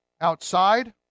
Outside